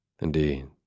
Indeed